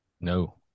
No